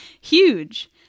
huge